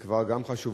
הוא חשוב,